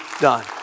done